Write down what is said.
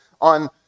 on